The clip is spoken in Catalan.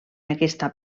aquesta